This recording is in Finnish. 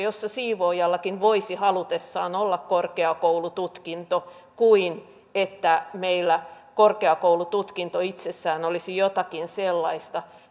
jossa siivoojallakin voisi halutessaan olla korkeakoulututkinto kuin sellaisessa että meillä korkeakoulututkinto itsessään olisi jotakin sellaista